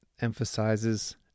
emphasizes